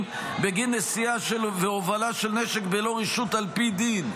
בגין נשיאה והובלה של נשק בלא רשות על פי דין.